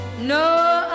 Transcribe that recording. No